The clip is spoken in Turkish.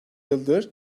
yıldır